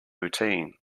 routine